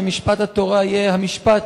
שמשפט התורה יהיה המשפט